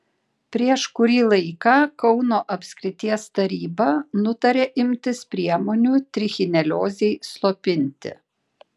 prieš kurį laiką kauno apskrities taryba nutarė imtis priemonių trichineliozei slopinti